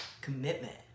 commitment